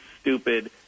stupid